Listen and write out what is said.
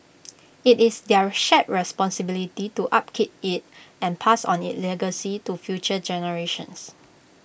IT is their shared responsibility to upkeep IT and pass on its legacy to future generations